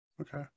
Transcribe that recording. Okay